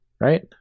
Right